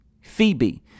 Phoebe